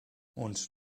und